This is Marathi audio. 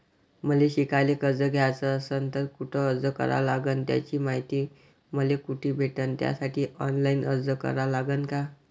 मले शिकायले कर्ज घ्याच असन तर कुठ अर्ज करा लागन त्याची मायती मले कुठी भेटन त्यासाठी ऑनलाईन अर्ज करा लागन का?